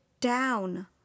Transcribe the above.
down